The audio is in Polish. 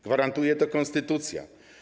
Gwarantuje to konstytucja.